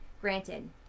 granted